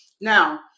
now